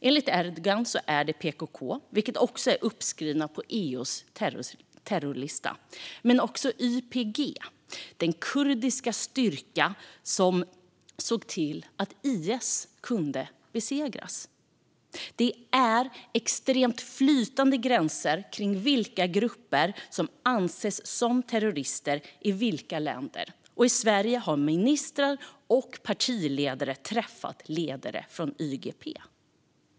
Enligt Erdogan är det PKK, som också är uppskrivna på EU:s terrorlista, men även YPG - den kurdiska styrka som såg till att IS kunde besegras. Det är extremt flytande gränser kring vilka grupper som anses vara terrorister i vilka länder. I Sverige har ministrar och partiledare träffat ledare från YPG.